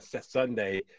Sunday